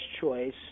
choice